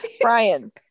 Brian